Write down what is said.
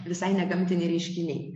visai ne gamtiniai reiškiniai